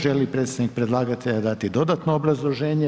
Želi li predstavnik predlagatelja dati dodatno obrazloženje?